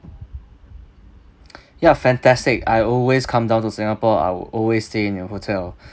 ya fantastic I always come down to singapore I'll always stay in your hotel